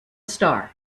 star